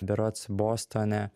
berods bostone